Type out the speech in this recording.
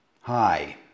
Hi